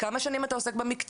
כמה שנים אתה עוסק במקצוע?